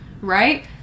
right